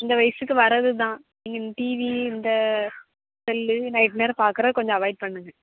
இந்த வயசுக்கு வரது தான் நீங்கள் இந்த டிவி இந்த செல்லு நைட் நேரம் பார்க்கறத கொஞ்சம் அவாய்ட் பண்ணுங்க